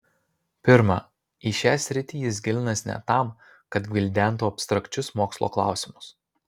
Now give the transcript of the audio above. pirma į šią sritį jis gilinasi ne tam kad gvildentų abstrakčius mokslo klausimus